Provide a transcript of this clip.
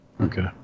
okay